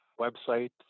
website